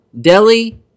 Delhi